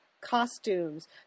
costumes